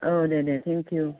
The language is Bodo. औ दे दे थेंकइउ